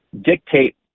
dictate